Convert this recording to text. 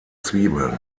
zwiebeln